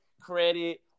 credit